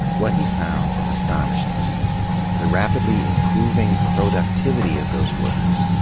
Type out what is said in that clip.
what he found astonished him the rapidly improving productivity of those workers,